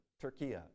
Turkey